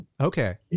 Okay